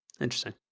interesting